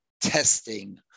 testing